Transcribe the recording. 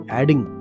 adding